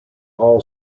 all